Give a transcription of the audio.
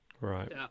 Right